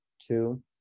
two